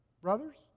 brothers